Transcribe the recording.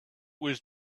was